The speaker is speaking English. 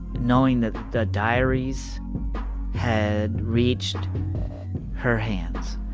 knowing that the diaries had reached her hands,